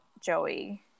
Joey